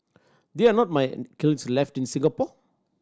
there are not mine kilns left in Singapore